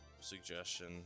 suggestion